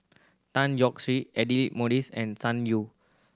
Tan Yee Hong Aidli Mosbit and Sun Yee